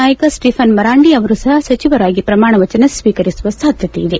ನಾಯಕ ಸ್ಪೀಫನ್ ಮರಾಂಡಿ ಅವರು ಸಹ ಸಚಿವರಾಗಿ ಪ್ರಮಾಣ ವಚನ ಸ್ವೀಕರಿಸುವ ಸಾಧ್ಯತೆಯಿದೆ